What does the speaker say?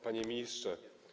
Panie Ministrze!